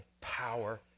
power